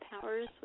Powers